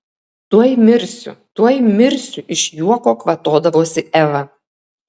tuoj mirsiu tuoj mirsiu iš juoko kvatodavosi eva